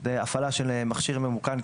זוהי הפעלה של מכשיר ממוכן,